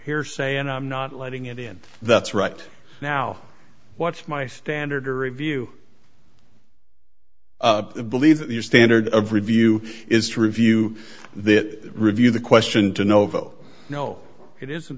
hearsay and i'm not letting it in that's right now what's my standard or review believe that your standard of review is to review that review the question to no vote no it isn't